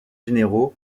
généraux